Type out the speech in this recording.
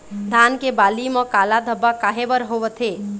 धान के बाली म काला धब्बा काहे बर होवथे?